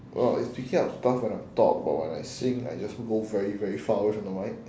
oh it's picking up stuff when I talk but when I sing I just move very very far away from the mic